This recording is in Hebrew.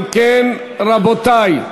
אם כן, רבותי,